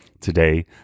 Today